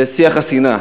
ושיח השנאה.